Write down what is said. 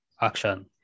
action